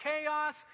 chaos